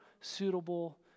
suitable